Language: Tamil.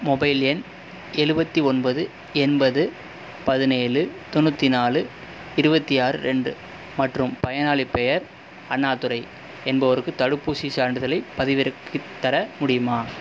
மொபைல் எண் எழுபத்தி ஒன்பது எண்பது பதினேழு தொண்ணூற்றி நாலு இருபத்தி ஆறு ரெண்டு மற்றும் பயனாளி பெயர் அண்ணாதுரை என்பவருக்கு தடுப்பூசிச் சான்றிதழை பதிவிறக்கித் தர முடியுமா